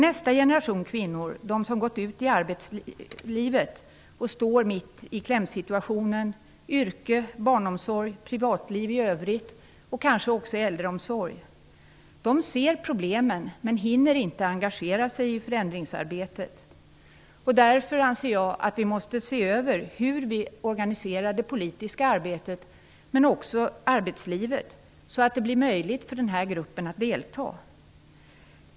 Nästa generation är de som har gått ut i arbetslivet och står mitt i klämsituationen yrke, barnomsorg, privatliv i övrigt och kanske också äldreomsorg. De ser problemen men hinner inte engagera sig i förändringsarbetet. Därför anser jag att vi måste se över hur vi organiserar det politiska arbetet, men också arbetslivet, så att det blir möjligt för den här gruppen att delta.